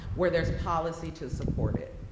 where there's policy to support it.